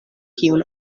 kiun